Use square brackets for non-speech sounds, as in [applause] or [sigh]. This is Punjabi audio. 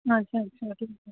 ਹਾਂਜੀ ਹਾਂਜੀ [unintelligible]